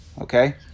Okay